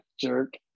jerk